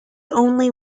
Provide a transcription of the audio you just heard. only